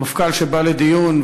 נגד המפכ"ל שבא לדיון,